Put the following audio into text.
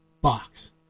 box